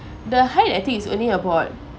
the height I think is only about